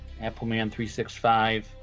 Appleman365